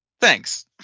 Thanks